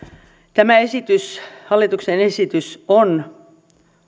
tämä hallituksen esitys on